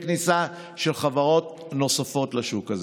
בגלל שזה חוק שבעצם אמור להציל חיים.